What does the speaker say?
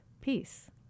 peace